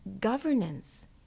Governance